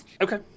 Okay